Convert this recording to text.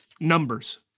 numbers